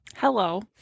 Hello